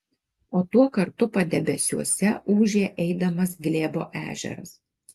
o tuo kartu padebesiuose ūžė eidamas glėbo ežeras